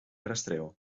rastreo